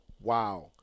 Wow